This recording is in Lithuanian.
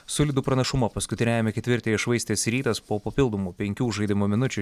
solidų pranašumą paskutiniajame ketvirtyje iššvaistęs rytas po papildomų penkių žaidimo minučių